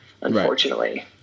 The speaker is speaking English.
unfortunately